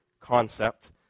concept